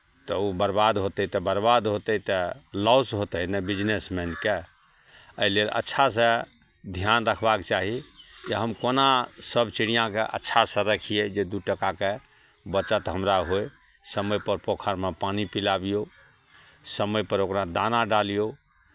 तऽ ओ बरबाद होतै तऽ बरबाद होतै तऽ लॉस होतै ने बिजनेसमैनकेँ एहि लेल अच्छासँ ध्यान रखबाक चाही कि जे हम कोना सभ चिड़ियाँकेँ अच्छासँ रखियै जे दू टाकाके बचत हमरा होय समयपर पोखरिमे पानि पिलाबियौ समयपर ओकरा दाना डालियौ